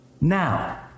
Now